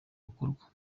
gukorwa